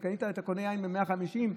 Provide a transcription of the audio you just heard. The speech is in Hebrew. אם קנית יין ב-150,